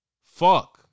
Fuck